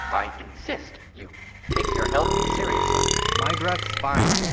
i insist you take your health seriously my breath's fine.